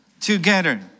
Together